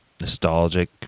nostalgic